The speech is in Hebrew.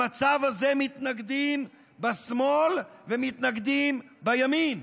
למצב הזה מתנגדים בשמאל ומתנגדים בימין,